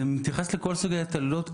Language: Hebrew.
זה מתייחס לכל סוגי ההתעללויות,